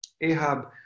Ahab